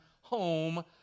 home